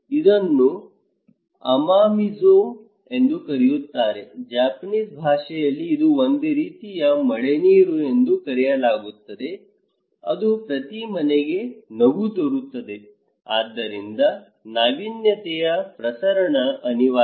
ಇದನ್ನು ಅಮಾಮಿಜು ಎಂದು ಕರೆಯುತ್ತಾರೆ ಜಪಾನೀಸ್ ಭಾಷೆಯಲ್ಲಿ ಒಂದು ರೀತಿಯ ಮಳೆನೀರು ಎಂದು ಕರೆಯಲಾಗುತ್ತದೆ ಅದು ಪ್ರತಿ ಮನೆಗೆ ನಗು ತರುತ್ತದೆ ಆದ್ದರಿಂದ ನಾವೀನ್ಯತೆಯ ಪ್ರಸರಣ ಅನಿವಾರ್ಯ